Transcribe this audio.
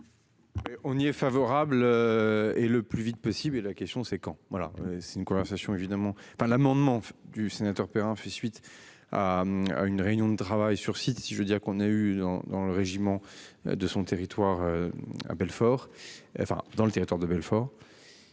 On y est favorable. Et le plus vite possible et la question c'est quand, voilà c'est une conversation évidemment enfin l'amendement du sénateur Perrin fait suite. À une réunion de travail sur site. Si je veux dire qu'on a eu dans dans le régiment de son territoire. À Belfort. Enfin dans le Territoire de Belfort.